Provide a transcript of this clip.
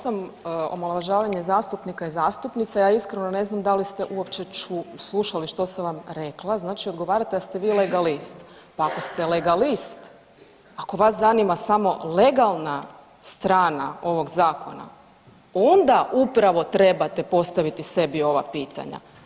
238. omalovažavanje zastupnika i zastupnice, ja iskreno ne znam da li ste uopće slušali što sam vam rekla, znači odgovarate da ste vi legalist, pa ako ste legalist, ako vas zanima samo legalna strana ovog zakona onda upravo trebate postaviti sebi ova pitanja.